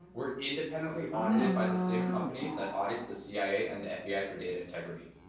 we're independently audited by the same companies that audit the cia and the fbi for data integrity.